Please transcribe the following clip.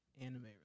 anime